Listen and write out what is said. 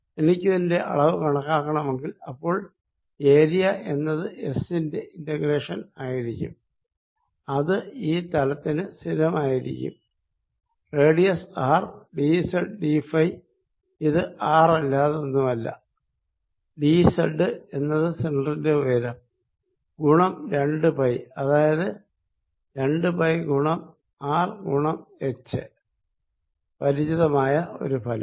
എനിക്കിതിന്റെ അളവ് കണക്കാക്കണമെങ്കിൽ അപ്പോൾ ഏരിയ എന്നത് എസ്സിന്റെ ഇന്റഗ്രേഷൻ ആയിരിക്കും അത് ഈ തലത്തിന് സ്ഥിരമായിരിക്കും റേഡിയസ് ആർ ഡിസെഡ് ഡിഫൈ ഇത് ആർ അല്ലാതൊന്നുമല്ല ഡി സെഡ് എന്നത് സിലിണ്ടറിന്റെ ഉയരം ഗുണം രണ്ടു പൈ അതായത് രണ്ടു പൈ ഗുണം ആർ ഗുണം എച്ച് പരിചിതമായ ഒരു ഫലം